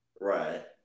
Right